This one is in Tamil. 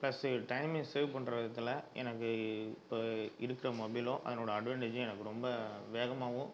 ப்ளஸ்ஸு டைம்மையும் சேவ் பண்ணுற விதத்தில் எனக்கு இப்போ இருக்கிற மொபைலும் அதனோடய அட்வான்டேஜும் எனக்கு ரொம்ப வேகமாகவும்